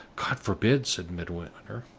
god forbid! said midwinter,